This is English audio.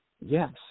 Yes